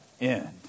end